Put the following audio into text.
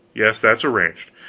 yes that's arranged.